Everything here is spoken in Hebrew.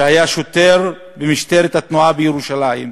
שהיה שוטר במשטרת התנועה בירושלים,